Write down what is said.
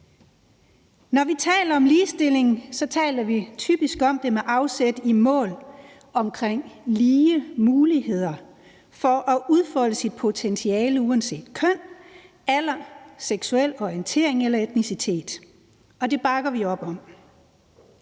Når vi taler om ligestilling, taler vi typisk om det med afsæt i mål omkring lige muligheder for at udfolde sit potentiale uanset køn, alder, seksuel orientering eller etnicitet, og det bakker vi op om.